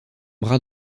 bras